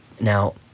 Now